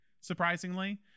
surprisingly